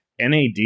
NAD